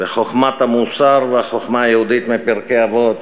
בחוכמת המוסר והחוכמה היהודית מפרקי אבות: